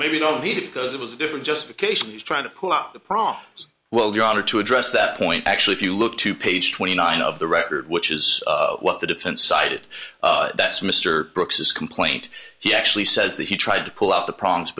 maybe don't need it because it was a different justification he's trying to put out the prop so well your honor to address that point actually if you look to page twenty nine of the record which is what the defense cited that's mr brooks is complaint he actually says that he tried to pull out the problems